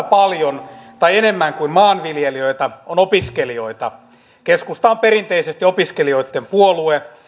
paljon tai enemmän kuin maanviljelijöitä on opiskelijoita keskusta on perinteisesti opiskelijoitten puolue